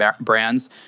brands